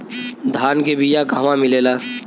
धान के बिया कहवा मिलेला?